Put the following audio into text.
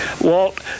Walt